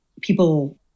people